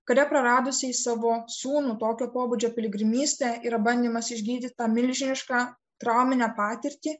kare praradusiai savo sūnų tokio pobūdžio piligrimystė yra bandymas išgydyti tą milžinišką trauminę patirtį